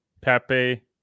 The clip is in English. Pepe